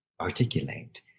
articulate